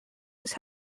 his